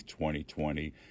2020